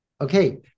Okay